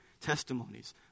testimonies